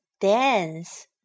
Dance